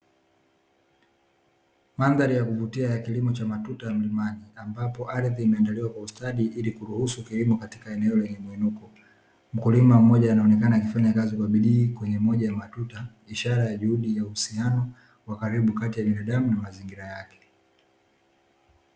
Mandhari ya kuvutia ya kilimo cha matuta ya mlimani, ambapo ardhi imeandaliwa kwa ustadi ili kuruhusu kilimo katika eneo lenye mwinuko. Mkulima mmoja anaonekana akifanya kazi kwa bidii kwenye moja ya matuta, ishara ya juhudi ya uhusiano wa karibu kati ya binadamu na mazingira yake.